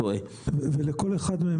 אצל כל אחד מהם